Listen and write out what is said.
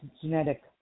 genetic